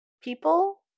people